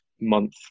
month